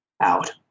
out